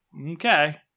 Okay